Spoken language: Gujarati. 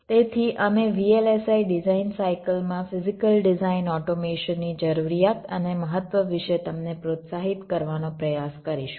તેથી અમે VLSI ડિઝાઇન સાઇકલ માં ફિઝીકલ ડિઝાઇન ઓટોમેશનની જરૂરિયાત અને મહત્વ વિશે તમને પ્રોત્સાહિત કરવાનો પ્રયાસ કરીશું